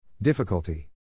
Difficulty